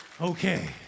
Okay